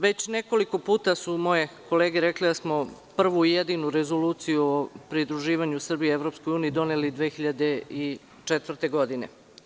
Već nekoliko puta su moje kolege rekle da smo prvu i jedinu Rezoluciju pridruživanju Srbije EU doneli 2004. godine.